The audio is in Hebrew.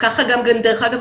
ככה גם דרך אגב,